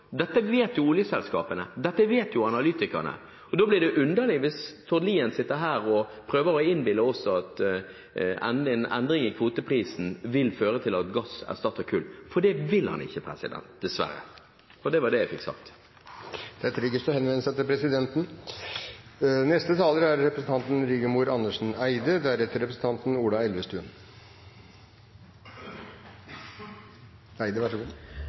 dette vet jo oljeselskapene og dette vet jo analytikerne. Da blir det underlig hvis Tord Lien sitter her og prøver å innbille oss at en endring i kvoteprisen vil føre til at gass erstatter kull – for det vil han ikke. Dessverre. – Det var det jeg fikk sagt.